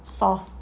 sauce